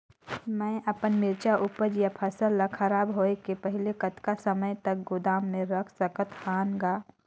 मैं अपन मिरचा ऊपज या फसल ला खराब होय के पहेली कतका समय तक गोदाम म रख सकथ हान ग?